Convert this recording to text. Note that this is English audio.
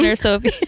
Sophie